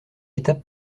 étape